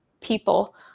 people